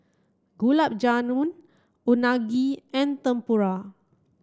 Gulab Jamun Unagi and Tempura